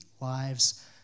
lives